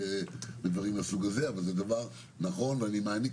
זה תלוי בדברים מהסוג הזה אבל זה דבר נכון ואני מעניק